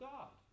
God